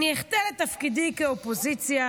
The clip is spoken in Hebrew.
אני אחטא לתפקידי באופוזיציה